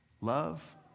Love